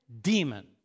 demon